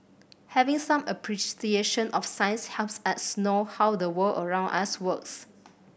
having some appreciation of science helps us know how the world around us works